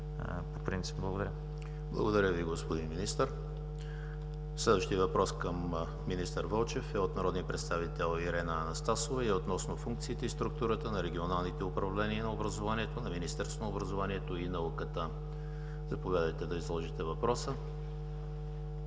Благодаря Ви, господин Министър! Следващият въпрос към министър Вълчев е от народния представител Ирена Анастасова и е относно функциите и структурата на регионалните управления на образованието на Министерство на образованието и науката. Заповядайте да изложите въпроса!